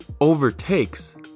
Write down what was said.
overtakes